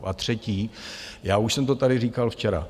A třetí, já už jsem to tady říkal včera.